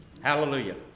Hallelujah